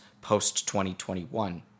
post-2021